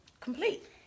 complete